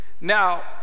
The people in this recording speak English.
now